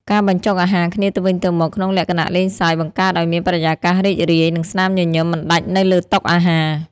ការបញ្ចុកអាហារគ្នាទៅវិញទៅមកក្នុងលក្ខណៈលេងសើច បង្កើតឱ្យមានបរិយាកាសរីករាយ និងស្នាមញញឹមមិនដាច់នៅលើតុអាហារ។